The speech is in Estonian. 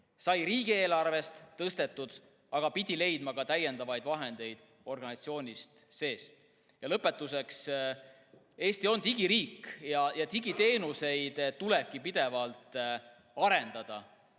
sai riigieelarves [summat] tõstetud, aga pidi leidma täiendavaid vahendeid organisatsiooni sees. Lõpetuseks. Eesti on digiriik ja digiteenuseid tulebki pidevalt arendada.